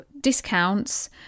discounts